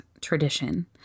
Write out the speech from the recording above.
tradition